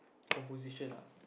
composition ah